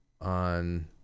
on